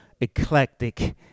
eclectic